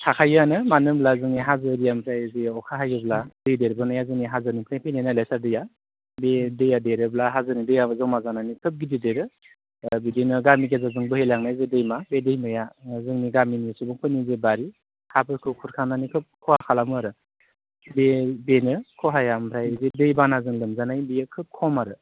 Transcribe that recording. थाखायोआनो मानो होनब्ला जोंनि हाजो एरियानिफ्राय बेव अखा हायोब्ला दै देरबोनाया जोंनि हाजोनिफ्राय फैनाय नालाइ सार दैया बे दैया देरोब्ला हाजोनि दैया जमा जानानै खोब गिदिर देरो दा बिदिनो गामि गेजेरजों बोहैलांनाय बे दैमा बे दैमाया जोंनि गामिनि सुबुंफोरनि जे बारि हाफोरखौ खुरखानानै खोब खहा खालामो आरो बे बेनो खहाया ओमफ्राय बे दैबानाजों लोमजानाय बे खोब खम आरो